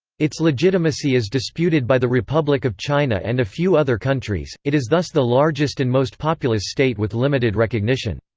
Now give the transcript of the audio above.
its legitimacy is disputed by the republic of china and a few other countries it is thus the largest and most populous state with limited recognition.